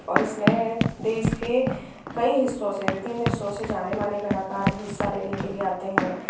और इसमें देश के कई हिस्सों से विभिन्न हिस्सों से जाने माने कलाकार हिस्सा लेने के लिए आते हैं